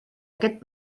aquest